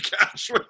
cash